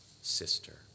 sister